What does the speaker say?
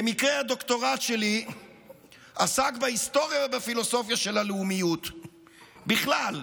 במקרה הדוקטורט שלי עסק בהיסטוריה ובפילוסופיה של הלאומיות בכלל,